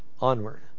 onward